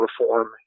reform